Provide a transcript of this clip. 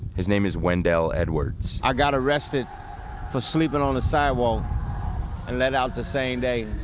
his name is wendell edwards i got arrested for sleeping on the sidewalk and let out the same day.